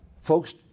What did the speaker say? Folks